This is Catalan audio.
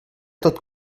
tot